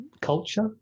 culture